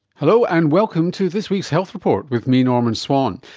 hello, and welcome to this week's health report with me, norman swan.